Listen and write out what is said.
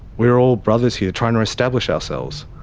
we are all brothers here trying to establish ourselves.